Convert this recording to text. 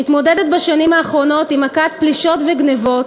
מתמודדת בשנים האחרונות עם מכת פלישות וגנבות,